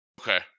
Okay